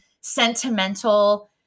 sentimental